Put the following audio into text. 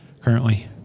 currently